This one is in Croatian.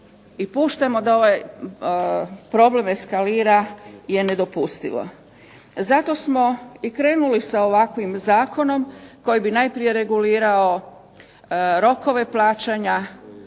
i puštamo da ovaj problem eskalira je nedopustivo. Zato smo i krenuli sa ovakvim zakonom koji bi najprije regulirao rokove plaćanja